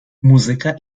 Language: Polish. muzyka